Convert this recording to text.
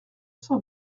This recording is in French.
cent